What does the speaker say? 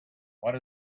what